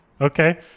Okay